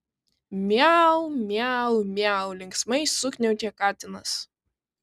miau miau miau linksmai sukniaukė katinas